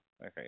Okay